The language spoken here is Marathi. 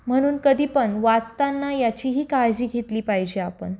म्हणून कधीपण वाचताना याचीही काळजी घेतली पाहिजे आपण